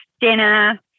dinner